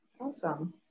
Awesome